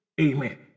Amen